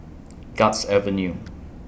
Guards Avenue